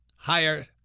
Higher